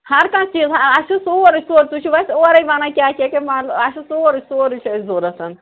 ہر کانٛہہ چیٖز اَسہِ چھُ سورُے سُہ تُہۍ چھُو اَسہِ اورٕے وَنان کیٛاہ کیٛاہ ماڈل اَسہِ چھُ سورُے سورُے چھُ اَسہِ ضروٗرت